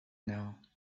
now